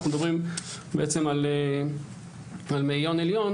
אנחנו מדברים על מאיון עליון,